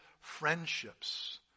friendships